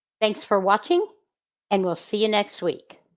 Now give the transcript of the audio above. thanks for watching and we'll see you next week.